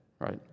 right